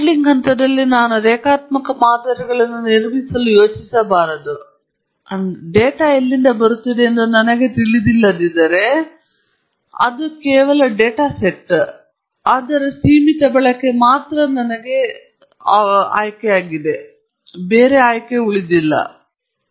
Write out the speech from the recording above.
ನಂತರ ಮಾಡೆಲಿಂಗ್ ಹಂತದಲ್ಲಿ ನಾನು ರೇಖಾತ್ಮಕ ಮಾದರಿಗಳನ್ನು ನಿರ್ಮಿಸಲು ಯೋಚಿಸಬಾರದು ಆದರೆ ಡೇಟಾ ಎಲ್ಲಿಂದ ಬರುತ್ತಿದೆ ಎಂದು ನನಗೆ ತಿಳಿದಿಲ್ಲದಿದ್ದರೆ ಅದು ಕೇವಲ ಡೇಟಾ ಸೆಟ್ ಮತ್ತು ಅದರ ಸೀಮಿತ ಬಳಕೆಯನ್ನು ನನ್ನದಾಗಿ ಉಳಿದಿದೆ ಅದರ ಕೆಲವು ರೀತಿಯ ನಾನು ಸುಮಾರು ಆಟವಾಡುತ್ತಿರುವ ಆಟಿಕೆ